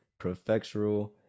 Prefectural